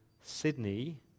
Sydney